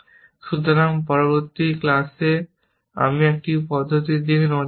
সুতরাং পরবর্তী ক্লাসে আমরা একটি পদ্ধতির দিকে নজর দেব